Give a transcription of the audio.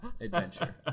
adventure